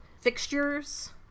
Fixtures